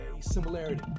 similarity